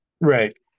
Right